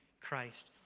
Christ